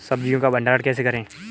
सब्जियों का भंडारण कैसे करें?